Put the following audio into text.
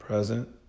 Present